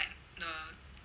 the